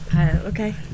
Okay